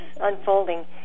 unfolding